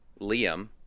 Liam